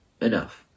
enough